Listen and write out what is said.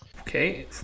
Okay